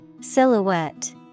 Silhouette